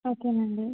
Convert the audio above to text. ఓకేనండి